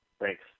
Thanks